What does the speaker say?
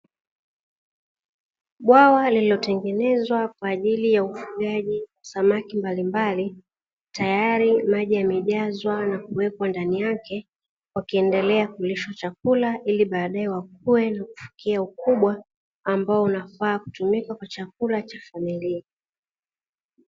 Bwawa lililotengenezwa kwa ajili ya ufugaji samaki mbalimbali, tayari maji yamejazwa na kuwekwa ndani yake, wakiendelea kulishwa chakula ili baadaye wakue na kufikia ukubwa, ambao unafaa kutumika kwa chakula cha familia.